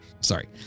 Sorry